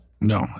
No